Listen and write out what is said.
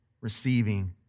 receiving